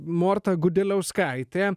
morta gudeliauskaitė